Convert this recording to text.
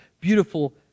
beautiful